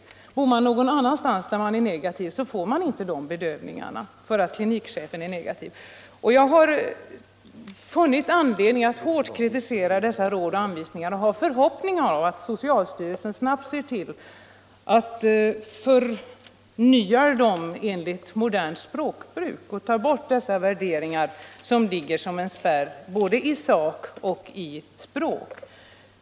Men bor man någon annanstans, där klinikchefen är negativ mot den metoden, får man inte den formen av smärtlindring. Jag har funnit anledning att hårt kritisera dessa råd och anvisningar från socialstyrelsen, och jag hoppas att socialstyrelsen snabbt ser till att de förnyas enligt modernt språkbruk och tar bort de värderingar som ligger som en spärr både i sak och i språk.